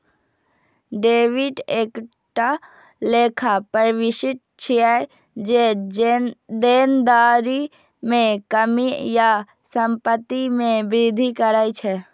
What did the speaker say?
debit एकटा लेखा प्रवृष्टि छियै, जे देनदारी मे कमी या संपत्ति मे वृद्धि करै छै